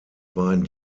beiden